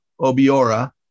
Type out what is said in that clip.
Obiora